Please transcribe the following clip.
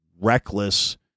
reckless